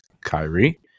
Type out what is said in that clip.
Kyrie